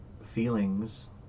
feelings